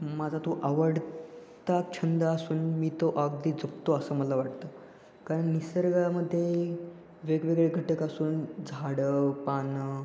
माझा तो आवड ता छंद असून मी तो अगदी जपतो असं मला वाटतं कारण निसर्गामध्ये वेगवेगळे घटक असून झाडं पानं